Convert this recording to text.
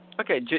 okay